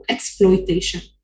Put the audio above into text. Exploitation